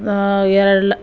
ಎರಡು ಲ